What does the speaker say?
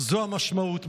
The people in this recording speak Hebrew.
זו המשמעות.